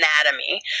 anatomy